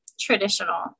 traditional